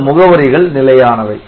இந்த முகவரிகள் நிலையானவை